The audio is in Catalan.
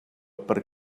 per